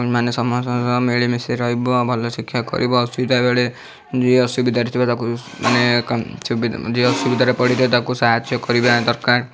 ମାନେ ସମସ୍ତଙ୍କ ସହ ମିଳିମିଶି ରହିବ ଭଲ ଶିକ୍ଷା କରିବ ଅସୁବିଧା ବେଳେ ଯିଏ ଅସୁବିଧାରେ ଥିବ ତାକୁ ମାନେ କ'ଣ ସୁବିଧା ଯିଏ ଅସୁବିଧାରେ ପଡ଼ିଥିବ ତାକୁ ସାହାଯ୍ୟ କରିବା ଦରକାର